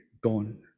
gone